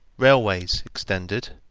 railways extended,